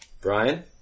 Brian